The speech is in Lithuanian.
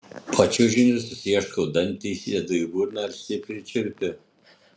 po čiužiniu susiieškau dantį įsidedu į burną ir stipriai čiulpiu